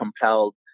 compelled